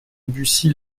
bucy